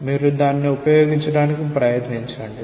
మీరు దాన్ని ఉపయోగించడానికి ప్రయత్నించండి